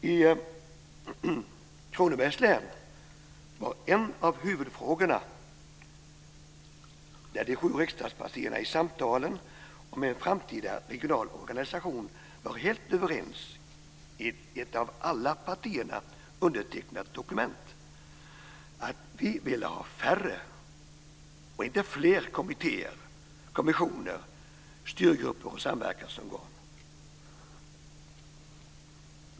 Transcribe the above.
I Kronobergs län var en av huvudfrågorna - de sju riskdagspartierna var i samtalen om en framtida regional organisation helt överens, och det var ett av alla partierna undertecknat dokument - att vi vill ha färre och inte fler kommittéer, kommissioner, styrgrupper och samverkansorgan.